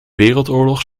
wereldoorlog